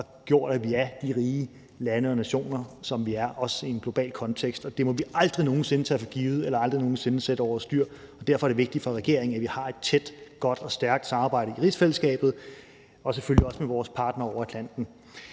har gjort, at vi er de rige lande og nationer, som vi er, også i en global kontekst. Det må vi aldrig nogen sinde tage for givet eller aldrig nogen sinde sætte overstyr. Derfor er det vigtigt for regeringen, at vi har et tæt, godt og stærkt samarbejde i rigsfællesskabet og selvfølgelig også med vores partnere over Atlanten.